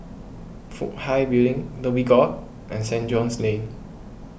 Fook Hai Building Dhoby Ghaut and Saint George's Lane